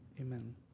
amen